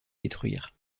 détruire